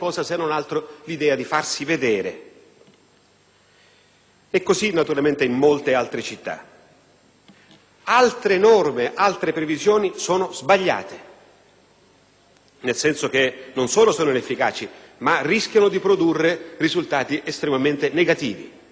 stesso avviene in molte altre città. Altre previsioni sono sbagliate, nel senso che non solo sono inefficaci, ma rischiano di produrre risultati estremamente negativi, anche in materia di immigrazione.